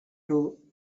two